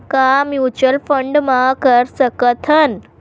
का mutual fund म कर सकत हन?